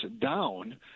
down